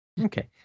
Okay